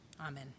Amen